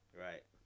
Right